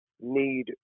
need